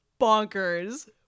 bonkers